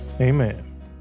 Amen